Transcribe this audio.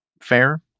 fair